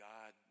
God